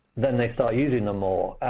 then they start using them more.